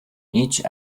each